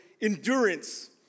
endurance